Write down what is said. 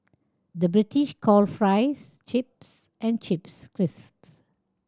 the British call fries chips and chips crisps